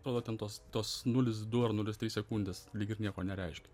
atrodo ten tos tos nulis du ar nulis trys sekundės lyg ir nieko nereiškia